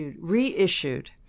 reissued